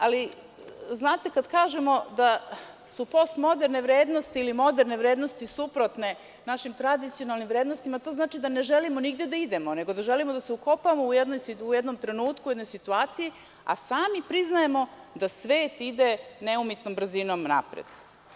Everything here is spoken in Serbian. Ali, kada kažemo da su postmoderne vrednosti ili moderne vrednosti suprotne našim tradicionalnim vrednostima, to znači da ne želimo nigde da idemo, nego da želimo da se ukopamo u jednom trenutku, u jednoj situaciji, a sami priznajemo da svet ide neumitnom brzinom napred.